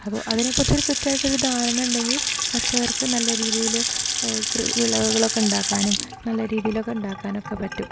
അപ്പോൾ അതിനെക്കുറിച്ച് ഒരു കൃത്യമായിട്ടൊരു ധാരണ ഉണ്ടെങ്കിൽ കർഷകർക്ക് നല്ല രീതിയിൽ വിളവുകളൊക്കെ ഉണ്ടാക്കാനും നല്ല രീതീയിലൊക്കെ ഉണ്ടാക്കാനൊക്ക പറ്റും